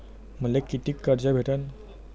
मले कितीक कर्ज भेटन?